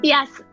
Yes